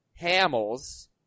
Hamels